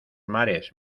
mares